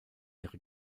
ihre